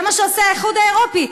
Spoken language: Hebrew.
זה מה שעושה האיחוד האירופי.